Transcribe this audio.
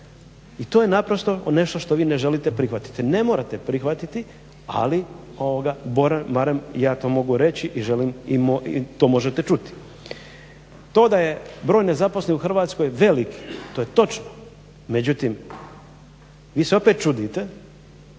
I to je naprosto nešto što vi ne želite prihvatiti. Ne morate prihvatiti ali barem ja to mogu reći i želim i to možete čuti. To da je broj nezaposlenih u Hrvatskoj velik to je točno, međutim, vi se opet čudite